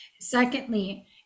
secondly